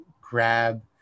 grab